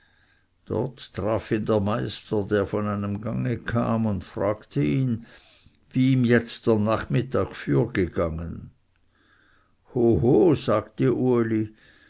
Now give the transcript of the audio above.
dort traf ihn der meister der von einem gange heimkam und fragte ihn wie ihm jetzt der nachmittag fürgegangen ho so sagte uli